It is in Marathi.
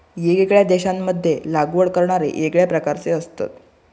येगयेगळ्या देशांमध्ये लागवड करणारे येगळ्या प्रकारचे असतत